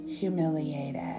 humiliated